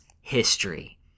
history